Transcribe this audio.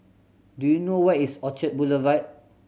do you know where is Orchard Boulevard